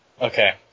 Okay